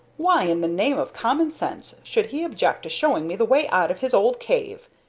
why, in the name of common-sense, should he object to showing me the way out of his old cave?